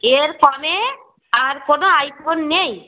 এর কমে আর কোনো আইফোন নেই